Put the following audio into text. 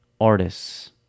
artists